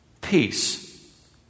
peace